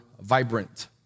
vibrant